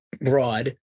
broad